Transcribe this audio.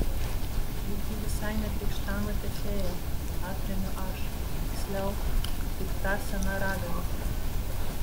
juk ji visai ne krikštamotė fėja atremiu aš tiksliau pikta sena ragana